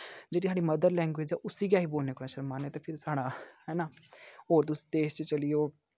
जेह्ड़ी साढ़ी mother language ऐ उसी गै अस बोलने कोला शरमान्ने ते फिर साढ़ा है ना होर तुस देश च चली जाओ